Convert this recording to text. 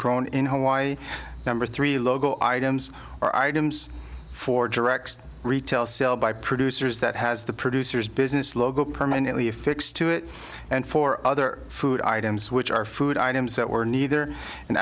grown in hawaii number three logo items or items for direct retail sale by producers that has the producers business logo permanently affixed to it and for other food items which are food items that were neither an